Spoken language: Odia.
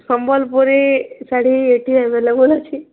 ସମ୍ୱଲପୁରୀ ଶାଢ଼ୀ ଏଠି ଆଭେଲେବଲ୍ ଅଛି